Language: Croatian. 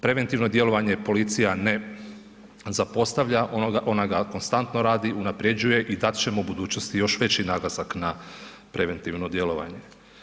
Preventivno djelovanje policija ne zapostavlja, ona ga konstantno radi, unapređuje i dat ćemo budućnosti još veći naglasak na preventivno djelovanje.